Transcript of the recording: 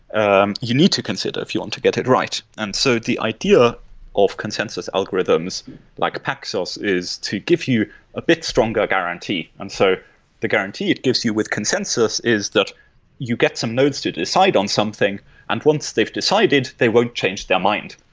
um you need to consider if you want to get it right. and so the idea of consensus algorithms like paxos is to give you a bit stronger guarantee. and so the guarantee it gives you with consensus is that you get some nodes to decide on something and once they've decided, they won't change their mind.